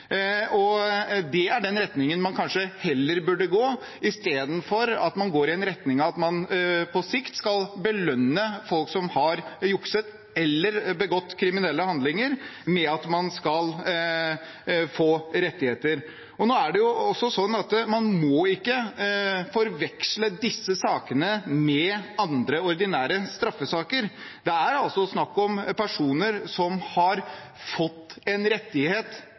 Det er i den retningen man kanskje heller burde gå, istedenfor at man på sikt skal belønne folk som har jukset eller begått kriminelle handlinger, med at man skal få rettigheter. Man må heller ikke forveksle disse sakene med andre ordinære straffesaker. Her er det snakk om personer som har fått en rettighet